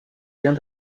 vient